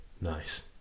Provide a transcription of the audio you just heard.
Nice